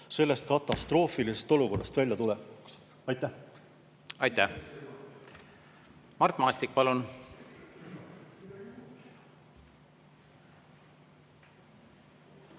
sellest katastroofilisest olukorrast väljatulekuks. Aitäh! Aitäh! Mart Maastik, palun!